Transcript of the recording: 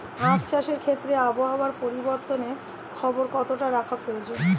আখ চাষের ক্ষেত্রে আবহাওয়ার পরিবর্তনের খবর কতটা রাখা প্রয়োজন?